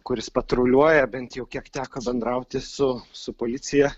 kuris patruliuoja bent jau kiek teko bendrauti su su policija